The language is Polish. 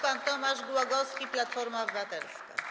Pan Tomasz Głogowski, Platforma Obywatelska.